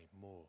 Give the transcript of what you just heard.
more